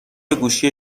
گوشی